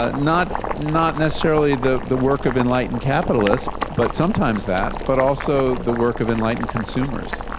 ah not not necessarily the the work of enlightened capitalists. but sometimes that. but also the work of enlightened consumers